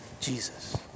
Jesus